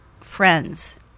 friends